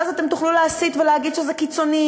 ואז אתם תוכלו להסית ולהגיד שאלה קיצונים,